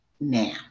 now